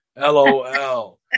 LOL